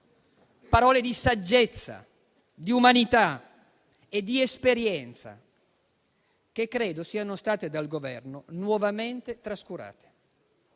Parole di saggezza, di umanità e di esperienza, che credo siano state dal Governo nuovamente trascurate,